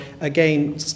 again